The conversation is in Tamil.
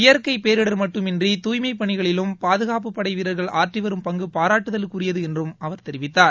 இயற்கை பேரிடர் மட்டுமன்றி தூய்மைப் பணிகளிலும் பாதுகாப்புப் படை வீரர்கள் ஆற்றி வரும் பங்கு பாராட்டுதலுக்குரியது என்றும் அவர் தெரிவித்தார்